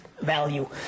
value